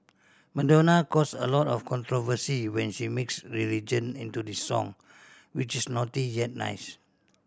Madonna caused a lot of controversy when she mixed religion into this song which is naughty yet nice